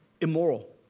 immoral